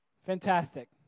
Fantastic